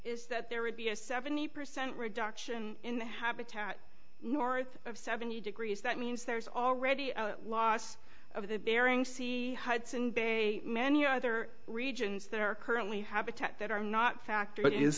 is that there would be a seventy percent reduction in the habitat north of seventy degrees that means there is already a loss of the bering sea hudson bay many other regions that are currently habitat that are not factor